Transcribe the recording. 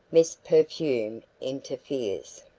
miss perfume interferes.